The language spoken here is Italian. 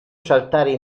saltare